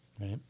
right